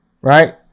right